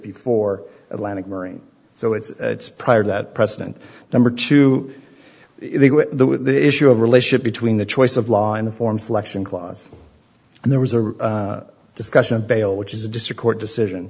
before atlanta so it's prior to that precedent number two the issue of relationship between the choice of law in the form selection clause and there was a discussion of bail which is a district court decision